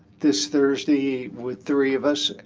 this thursday with three of us,